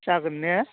जागोन ने